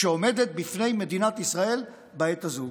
שעומדת בפני מדינת ישראל בעת הזאת.